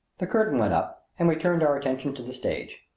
the curtain went up and we turned our attention to the stage.